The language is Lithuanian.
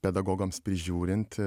pedagogams prižiūrint